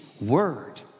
word